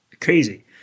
crazy